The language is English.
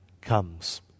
comes